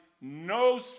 no